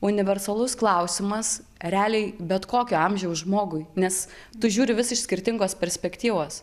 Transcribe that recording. universalus klausimas realiai bet kokio amžiaus žmogui nes tu žiūri vis iš skirtingos perspektyvos